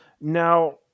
Now